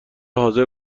حاضر